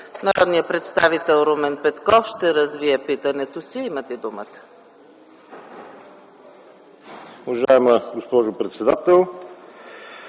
Народният представител Румен Петков ще развие питането си. Имате думата.